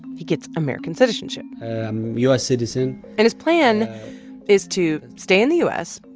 he gets american citizenship um u s. citizen and his plan is to stay in the u s,